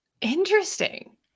Interesting